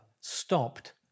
stopped